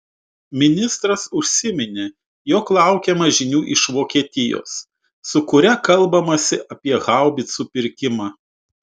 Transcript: ministras užsiminė jog laukiama žinių iš vokietijos su kuria kalbamasi apie haubicų pirkimą